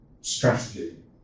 strategy